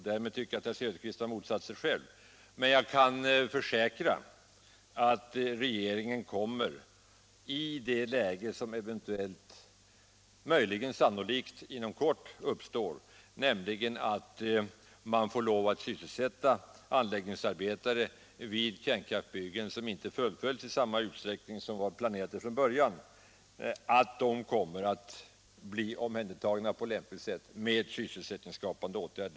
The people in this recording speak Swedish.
Därmed tycker jag att herr Söderqvist — mot bakgrund av de nyssnämnda beskyllningarna — har motsagt sig själv. Men jag försäkrar att i det läge som kan komma att uppstå, att man måste sysselsätta anläggningsarbetare vid kärnkraftsbyggen som inte fullföljs i den utsträckning som var planerat från början, kommer regeringen att vidta sysselsättningsskapande åtgärder för att dessa anläggningsarbetare skall bli omhändertagna på lämpligt sätt.